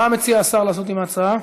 מה מציע השר לעשות עם ההצעה?